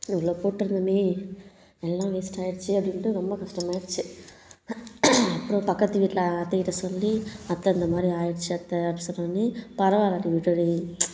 இவ்வளோ போட்டிருந்தோமே எல்லாம் வேஸ்ட் ஆயிடுச்சே அப்படின்ட்டு ரொம்ப கஷ்டமாயிருச்சு அப்புறம் பக்கத்து வீட்டில அத்தைக்கிட்ட சொல்லி அத்தை இந்தமாதிரி ஆயிடுச்சி அத்தை அப்படினு சொன்னோனே பரவாயில்லை டி விடு டி